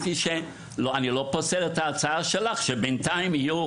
אני לא פוסל את ההצעה שלך שבינתיים יהיו